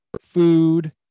food